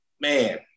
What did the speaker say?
Man